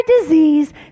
disease